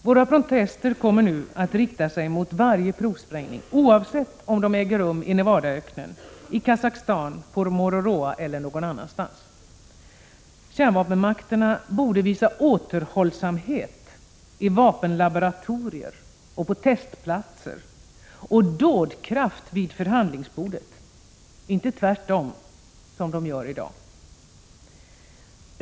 Våra protester kommer nu att rikta sig mot varje provsprängning — oavsett om de äger rum i Nevadaöknen, i Kazachstan, på Mururoa eller någon annanstans. Kärnvapenmakterna borde visa återhållsamhet i vapenlaboratorier och på testplatser och dådkraft vid förhandlingsbordet. Inte tvärtom, som de gör i dag.